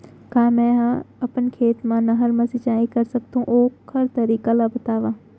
का मै ह अपन खेत मा नहर से सिंचाई कर सकथो, ओखर तरीका ला बतावव?